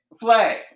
flag